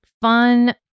fun